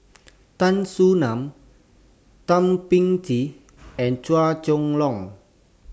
Tan Soo NAN Thum Ping Tjin and Chua Chong Long